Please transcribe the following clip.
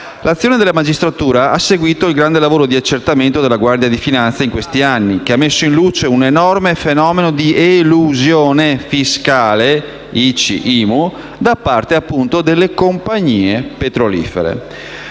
L'azione della magistratura ha seguito il grande lavoro di accertamento della Guardia di finanza in questi anni, che ha messo in luce un enorme fenomeno di elusione fiscale (ICI e IMU) da parte delle compagnie petrolifere.